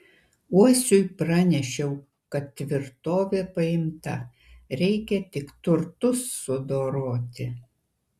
uosiui pranešiau kad tvirtovė paimta reikia tik turtus sudoroti